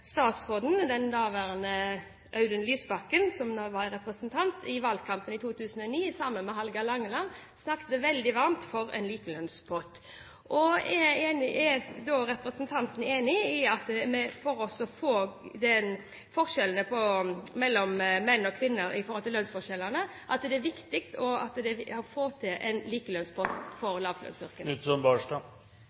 statsråden, Audun Lysbakken, som var representant i valgkampen i 2009, sammen med Hallgeir Langeland snakket veldig varmt for en likelønnspott. Er representanten enig i at for å få bort lønnsforskjellene mellom menn og kvinner er det viktig å få til en likelønnspott for